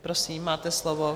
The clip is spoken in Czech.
Prosím, máte slovo.